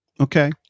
Okay